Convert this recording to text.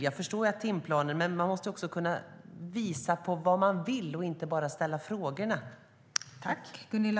Jag förstår detta med timplanen, men man måste också kunna visa vad man vill och inte bara ställa frågorna.